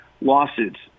lawsuits